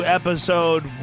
episode